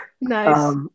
Nice